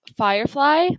firefly